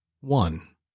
One